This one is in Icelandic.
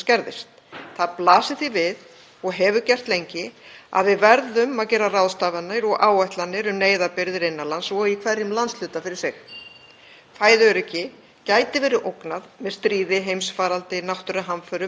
Fæðuöryggi gæti verið ógnað með stríði, heimsfaraldri, náttúruhamförum eða vegna loftslagsvár af mannavöldum. Það er nauðsynlegt að leggja mat á mikilvæg svæði vegna fæðuframleiðslu og vatnsöryggis